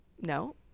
No